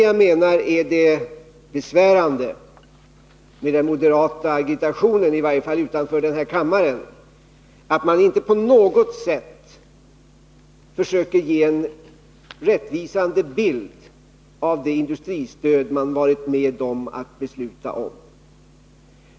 Jag menar att det besvärande med den moderata agitationen — i varje fall utanför denna kammare — är att man inte på något sätt försöker ge en rättvisande bild av det industristöd som man varit med och beslutat om.